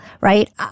right